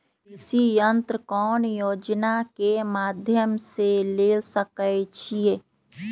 कृषि यंत्र कौन योजना के माध्यम से ले सकैछिए?